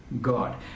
God